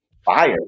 fire